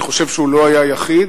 אני חושב שהוא לא היה היחיד.